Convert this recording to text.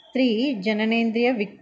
స్త్రీ జననేంద్రియ